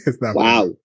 wow